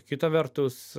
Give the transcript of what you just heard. kita vertus